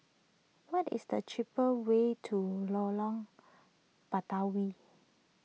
what is the cheaper way to Lorong Batawi